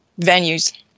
venues